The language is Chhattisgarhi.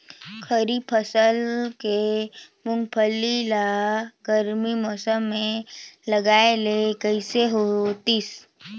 खरीफ फसल के मुंगफली ला गरमी मौसम मे लगाय ले कइसे होतिस?